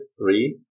Three